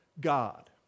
God